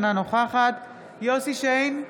אינה נוכחת יוסף שיין,